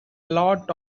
lot